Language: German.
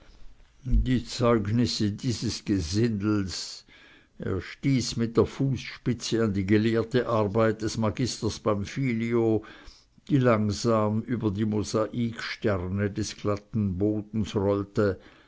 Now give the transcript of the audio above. die zeugnisse dieses gesindels er stieß mit der fußspitze an die gelehrte arbeit des magisters pamfilio die langsam über die mosaiksterne des glatten bodens rollte